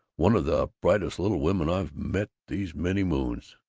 one of the brightest little women i've met these many moons.